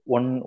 One